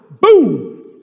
Boom